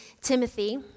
Timothy